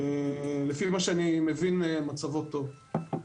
לפי מה שאני מבין, מצבו טוב.